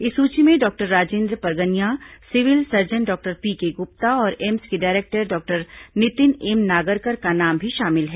इस सूची में doctor Rajendra Pargania civil surgeon doctor P K Gupta और एम्स के director doctor Nitin M Nagarkar का नाम भी शामिल हैं